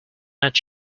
not